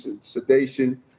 sedation